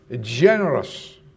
generous